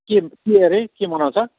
के के अरे के मनाउँछ